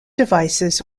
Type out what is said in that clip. devices